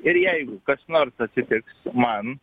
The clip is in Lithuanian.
ir jeigu kas nors atsitiks man